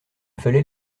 fallait